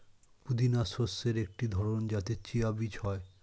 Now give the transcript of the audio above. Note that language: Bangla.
পুদিনা শস্যের একটি ধরন যাতে চিয়া বীজ হয়